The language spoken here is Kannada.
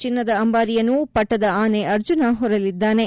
ಚಿನ್ನದ ಅಂಬಾರಿಯನ್ನು ಪಟ್ಟದ ಆನೆ ಅರ್ಜುನ ಹೊರಲಿದ್ದಾನೆ